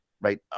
right